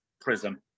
prism